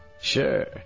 Sure